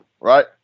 right